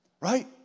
Right